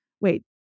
wait